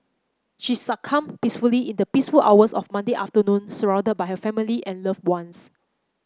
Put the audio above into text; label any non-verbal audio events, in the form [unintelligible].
she succumbed peacefully in the [unintelligible] hours of Monday afternoon surrounded by her family and loved ones